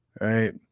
right